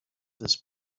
this